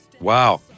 Wow